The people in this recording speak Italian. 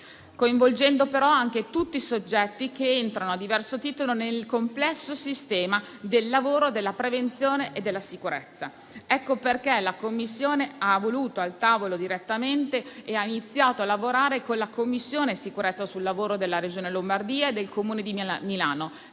coinvolgendo però anche tutti i soggetti che entrano a diverso titolo nel complesso sistema del lavoro, della prevenzione e della sicurezza. Ecco perché la Commissione ha voluto direttamente al tavolo e ha iniziato a lavorare con la commissione sicurezza sul lavoro della Regione Lombardia e del Comune di Milano,